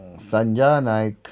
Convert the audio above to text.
Sanja Naik